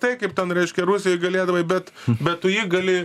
tai kaip ten reiškia rusijoj galėdavai bet bet tu jį gali